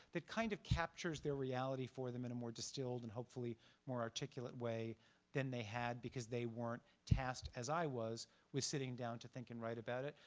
that kind of captures their reality for them in a more distilled and hopefully more articulate way than they had because they weren't tasked as i was with sitting down to think and write about it.